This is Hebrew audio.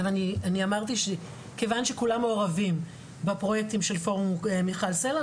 אמרתי שכיוון שכולם מעורבים בפרוייקטים של פורום מיכל סלה,